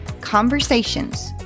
conversations